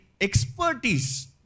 expertise